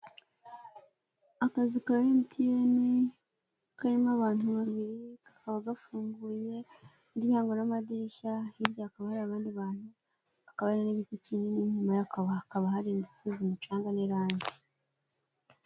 Akazu ka emutiyene karimo abantu babiri kakaba gafunguye, imiryango n'amadirishya hirya hakaba hari abandi bantu hakaba hari n'igiti kinini, inyuma hakaba hakaba hari inzu isize umucanga n'irangi.